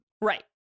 Right